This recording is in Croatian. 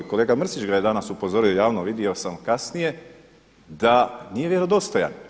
Kolega Mrsić ga je danas upozorio javno, vidio sam kasnije da nije vjerodostojan.